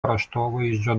kraštovaizdžio